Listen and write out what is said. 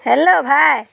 hello ভাই